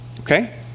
Okay